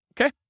Okay